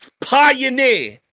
pioneer